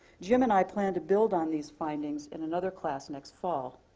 jim and i plan to build on these findings in another class next fall.